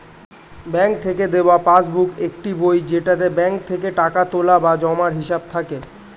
bank থেকে দেওয়া passbook একটি বই যেটাতে ব্যাঙ্ক থেকে টাকা তোলা বা জমার হিসাব থাকে